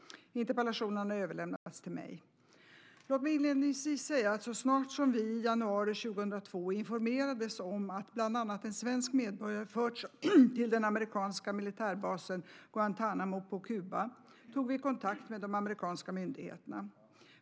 Interpellationen har överlämnats till mig. Låt mig inledningsvis säga att så snart som vi i januari 2002 informerades om att bland annat en svensk medborgare förts till den amerikanska militärbasen Guantánamo på Kuba tog vi kontakt med de amerikanska myndigheterna.